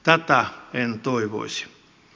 tätä en toivoisi